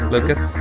Lucas